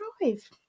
drive